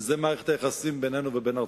מערכת היחסים בינינו ובין ארצות-הברית.